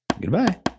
goodbye